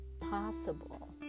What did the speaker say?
possible